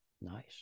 Nice